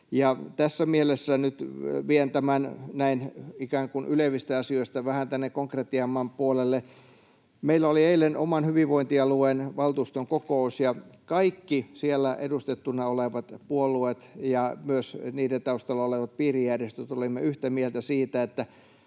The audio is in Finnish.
Tässä mielessä nyt vien tämän ikään kuin ylevistä asioista vähän tänne konkreettisemman puolelle. Meillä oli eilen oman hyvinvointialueen valtuuston kokous, ja me kaikki siellä edustettuina olevat puolueet ja myös niiden taustalla olevat piirijärjestöt olimme yhtä mieltä siitä, että